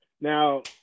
now